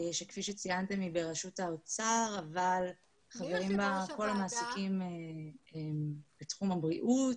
שכפי שציינתם היא בראשות האוצר אבל חברים בה כל המעסיקים בתחום הבריאות,